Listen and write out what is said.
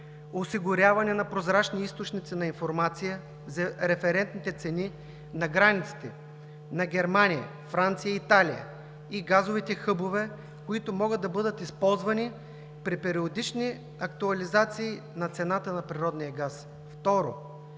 осигуряване на прозрачни източници на информация за референтните цени на границите на Германия, Франция и Италия и газовите хъбове, които могат да бъдат използвани при периодични актуализации на цената на природния газ. Второ,